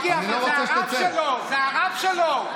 מיקי, אבל זה הרב שלו, זה הרב שלו.